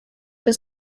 was